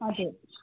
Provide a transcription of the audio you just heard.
हजुर